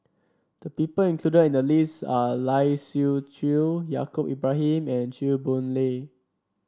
the people included in the list are Lai Siu Chiu Yaacob Ibrahim and Chew Boon Lay